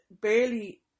barely